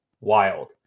wild